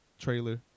trailer